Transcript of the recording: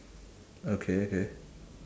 okay okay